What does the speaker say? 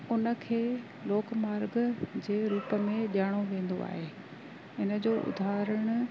उनखे लोकमार्ग जे रूप में ॼाणियो वेंदो आहे इन जो उदाहरण